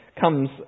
comes